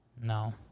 No